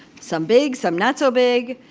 some big, some not so big,